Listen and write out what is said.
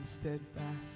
steadfast